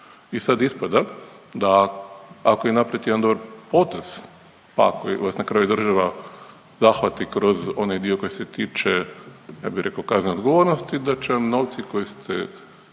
i sad ispada da ako je napravit jedan dobar potez, pa ako vas na kraju država zahvati kroz onaj dio koji se tiče, ja bi rekao kaznene odgovornosti, da će vam novci koje ste